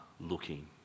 looking